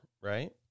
right